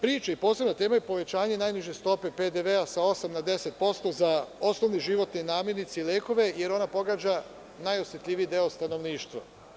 Posebna tema je povećanje najniže stope PDV sa 8% na 10% za osnovne životne namirnice i lekove, jer ona pogađa najosetljiviji deo stanovništva.